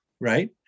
right